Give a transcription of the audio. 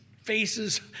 faces